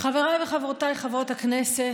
חבריי וחברותיי חברות הכנסת,